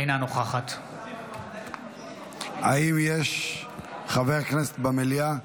אינה נוכחת האם יש חבר הכנסת במליאה,